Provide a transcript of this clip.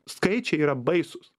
skaičiai yra baisūs